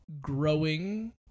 growing